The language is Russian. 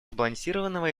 сбалансированного